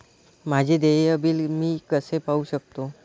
माझे देय बिल मी कसे पाहू शकतो?